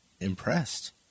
impressed